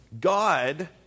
God